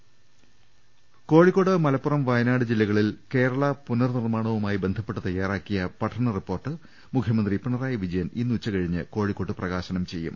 രമട്ട്ട്ട്ട്ട്ട്ട്ട്ട്ട്ട കോഴിക്കോട് മലപ്പുറം വയനാട് ജില്ലകളിൽ കേരള പുനർ നിർമ്മാണ വുമായി ബന്ധപ്പെട്ട് തയ്യാറാക്കിയ പഠന റിപ്പോർട്ട് മുഖ്യമന്ത്രി പിണറായി വിജയൻ ഇന്ന് ഉച്ചകഴിഞ്ഞ് കോഴിക്കോട്ട് പ്രകാശനം ചെയ്യും